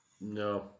No